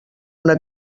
una